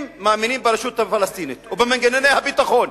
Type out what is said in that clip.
אם מאמינים ברשות הפלסטינית ובמנגנוני הביטחון,